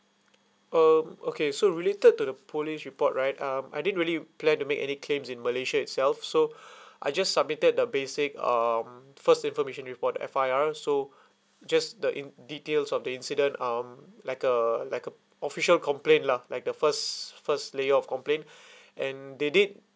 um okay so related to the police report right um I didn't really plan to make any claims in malaysia itself so I just submitted the basic um first information report F_I_R so just the in details of the incident um like a like a official complaint lah like the first first layer of complaint and they did